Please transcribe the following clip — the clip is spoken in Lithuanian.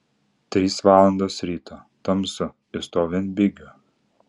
trys valandos ryto tamsu jis stovi ant bigių